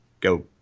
go